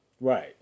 Right